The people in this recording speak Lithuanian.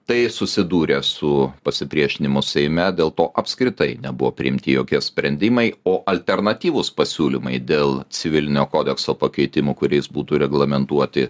tai susidūrę su pasipriešinimu seime dėl to apskritai nebuvo priimti jokie sprendimai o alternatyvūs pasiūlymai dėl civilinio kodekso pakeitimų kuriais būtų reglamentuoti